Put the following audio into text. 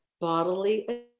bodily